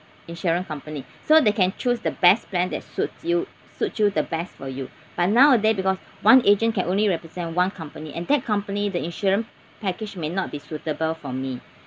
insurance company so they can choose the best plan that suits you suit you the best for you but nowadays because one agent can only represent one company and that company the insurance package may not be suitable for me